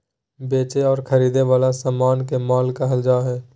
बेचे और खरीदे वला समान के माल कहल जा हइ